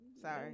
Sorry